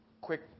Quick